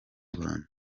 rwanda